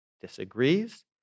disagrees